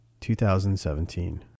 2017